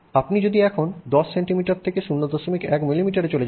আপনি যদি এখন 10 সেন্টিমিটার থেকে 01 মিলিমিটারে চলে যান